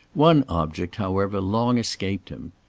one object, however, long escaped him.